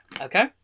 Okay